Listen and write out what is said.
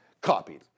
copied